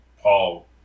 Paul